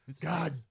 God